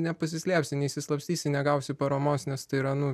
nepasislėpsi neišsislapstysi negausi paramos nes tai yra nu